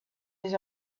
his